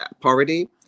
poverty